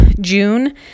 June